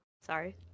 Sorry